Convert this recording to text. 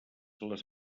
les